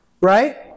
right